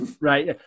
Right